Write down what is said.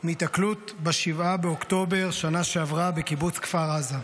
מהיתקלות ב-7 באוקטובר בשנה שעברה בקיבוץ כפר עזה.